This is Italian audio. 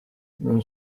non